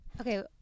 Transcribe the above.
Okay